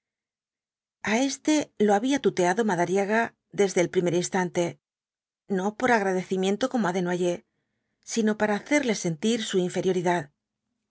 a éste lo había tuteado madariaga desde el primer instante no por agradecimiento como á desnoyers sino para hacerle sentir su inferioridad